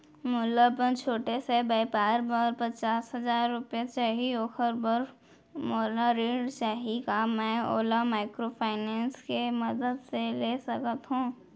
मोला अपन छोटे से व्यापार बर पचास हजार रुपिया चाही ओखर बर मोला ऋण चाही का मैं ओला माइक्रोफाइनेंस के मदद से ले सकत हो?